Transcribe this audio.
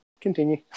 continue